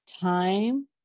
time